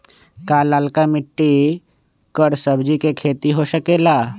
का लालका मिट्टी कर सब्जी के भी खेती हो सकेला?